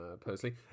personally